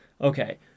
Okay